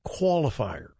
qualifier